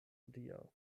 hodiaŭ